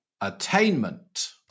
attainment